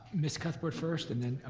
ms. cuthbert first, and then